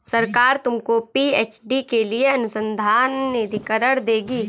सरकार तुमको पी.एच.डी के लिए अनुसंधान निधिकरण देगी